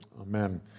Amen